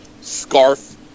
scarf